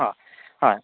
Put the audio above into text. അ ആ